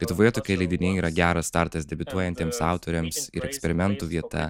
lietuvoje tokie leidiniai yra geras startas debiutuojantiems autoriams ir eksperimentų vieta